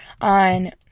on